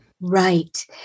right